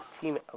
team